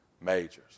majors